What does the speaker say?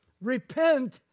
Repent